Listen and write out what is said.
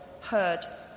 heard